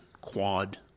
quad